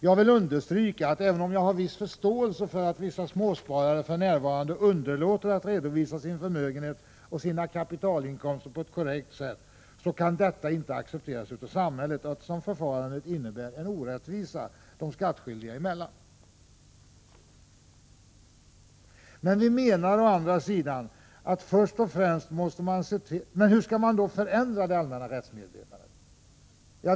Jag vill understryka, att även om jag har en viss förståelse för att vissa småsparare för närvarande underlåter att redovisa sin förmögenhet och sina kapitalinkomster på ett korrekt sätt, kan detta inte accepteras av samhället, eftersom förfarandet innebär en orättvisa de skattskyldiga emellan. Hur skall man då förändra det allmänna rättsmedvetandet?